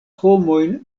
homojn